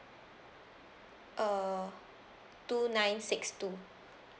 uh two nine six two